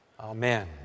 Amen